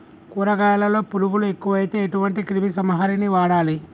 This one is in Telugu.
కూరగాయలలో పురుగులు ఎక్కువైతే ఎటువంటి క్రిమి సంహారిణి వాడాలి?